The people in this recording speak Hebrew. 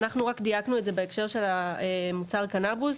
אנחנו רק דייקנו את זה בהקשר של מוצר הקנבוס,